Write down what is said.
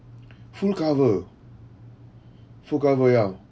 full cover full cover ya